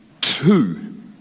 two